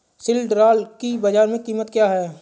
सिल्ड्राल की बाजार में कीमत क्या है?